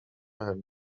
همین